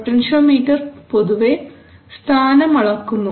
potentiometer പൊതുവേ സ്ഥാനം അളക്കുന്നു